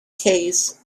case